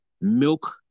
milk